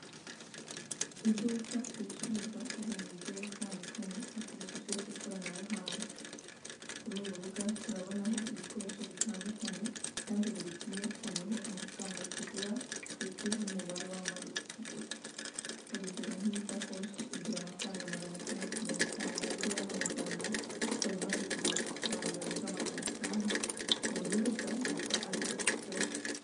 Idukuka ricuruza ibintu bigiye bitandukanye hakoreshejwe ikoranabuhanga. Kuri uru rubuga turabonaho ibikoresho bitandukanye, kandi buri kimwe hariho amafaranga kigura ndetse n'umubare w'abamaze kukigura. Urugero nk'iyi sakoshi, igura amafaranga magana atandatu mirongo itanu n'abiri y'amabyarwanda, ikaba imaze kugurishwa ku bantu barenga magana atanu. Uru rubuga rwitwa Ali Egisipurese.